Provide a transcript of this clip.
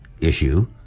issue